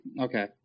okay